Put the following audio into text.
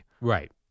Right